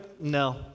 no